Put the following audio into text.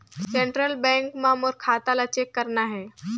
Central bank मां मोर खाता ला चेक करना हे?